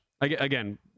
again